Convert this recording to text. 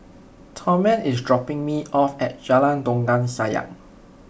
Thurman is dropping me off at Jalan Dondang Sayang